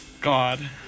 God